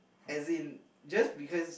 as in just because